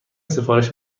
سفارش